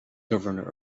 governor